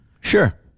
Sure